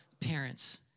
parents